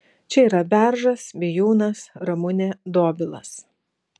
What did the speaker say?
čia yra beržas bijūnas ramunė dobilas